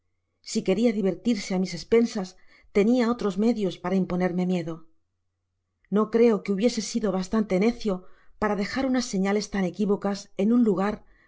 si queria divertirse á mis espensas tenia otros medios para imponerme miedo nicreo que hubiese sido bastanle nécio para dejar unas señales tan equívocas en un lugar